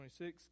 26